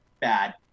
bad